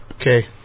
Okay